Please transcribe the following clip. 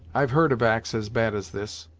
i've heard of acts as bad as this.